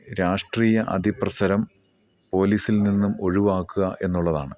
രാഷ്ട്രീയ അതിപ്രസരം പോലീസിൽ നിന്നും ഒഴിവാക്കുക എന്നുള്ളതാണ്